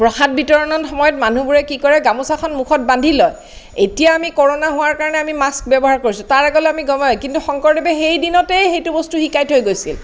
প্ৰসাদ বিতৰণৰ সময়ত মানুহবোৰে কি কৰে গামোচাখন মুখত বান্ধি লয় এতিয়া আমি কৰোণা হোৱাৰ কাৰণে আমি মাক্স ব্যৱহাৰ কৰিছো তাৰ আগলে আমি গমে নাই কিন্তু শংকৰদেৱে সেই দিনতেই সেইটো বস্তু শিকাই থৈ গৈছিল